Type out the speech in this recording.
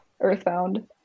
earthbound